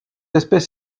espèce